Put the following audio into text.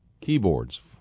keyboards